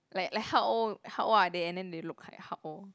like like how old how old are they and then they look like how old